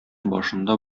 башында